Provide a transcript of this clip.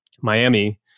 Miami